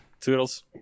Toodles